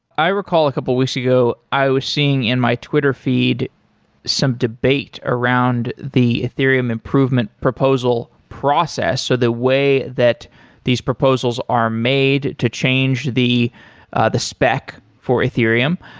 i recall a couple weeks ago, i was seeing in my twitter feed some debate around the ethereum improvement proposal process. so the way that these proposals are made to change the the spec for ethereum.